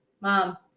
Mom